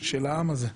של העם הזה.